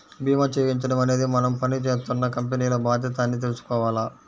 భీమా చేయించడం అనేది మనం పని జేత్తున్న కంపెనీల బాధ్యత అని తెలుసుకోవాల